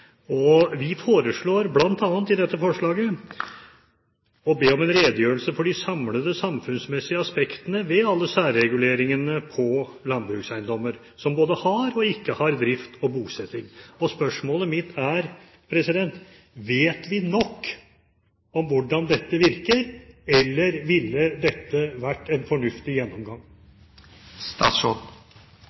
dem. Vi ber i dette forslaget bl.a. om en redegjørelse for de samlede samfunnsmessige aspektene ved alle særreguleringene på landbrukseiendommer som både har og ikke har drift og bosetting. Spørsmålet mitt er: Vet vi nok om hvordan dette virker, eller ville dette vært en fornuftig